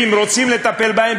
ואם רוצים לטפל בהם,